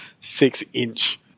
six-inch